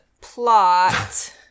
plot